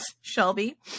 Shelby